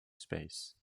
space